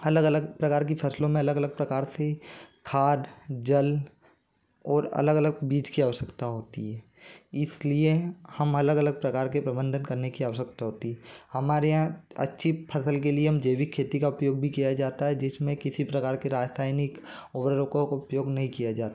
अलग अलग प्रकार की फसलों में अलग अलग प्रकार से खाद जल और अलग अलग बीज की आवश्यकता होती है इसलिए हम अलग अलग प्रकार के प्रबंधन करने की आवश्यकता होती हमारे यहाँ अच्छी फसल के लिए हम जैविक खेती का उपयोग भी किया जाता है जिसमें किसी प्रकार की रासायनिक उर्वरकों उपयोग नहीं किया जाता है